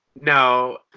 No